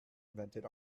invented